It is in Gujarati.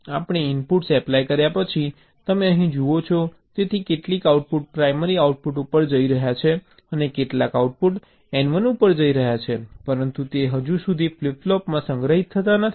આપણે ઇનપુટ્સ એપ્લાય કર્યા પછી તમે અહીં જુઓ છો તેથી કેટલાક આઉટપુટ પ્રાઇમરી આઉટપુટ ઉપર જઈ રહ્યા છે અને કેટલાક આઉટપુટ N1 ઉપર જઈ રહ્યા છે પરંતુ તે હજુ સુધી ફ્લિપ ફ્લોપમાં સંગ્રહિત થતા નથી